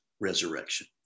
resurrection